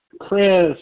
Chris